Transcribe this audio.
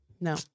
No